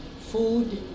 food